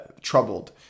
troubled